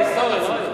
זה היסטוריה, לא היום.